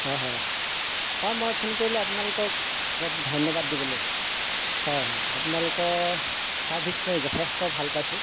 হয় হয় হয় মই ফোন কৰিলো আপোনালোকক ধন্যবাদ দিবলৈ হয় হয় আপোনালোকৰ ছাৰ্ভিচ মই যথেষ্ট ভাল পাইছো